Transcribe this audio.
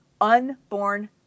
unborn